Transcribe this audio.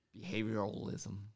Behavioralism